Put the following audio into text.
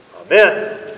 Amen